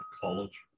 college